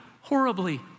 Horribly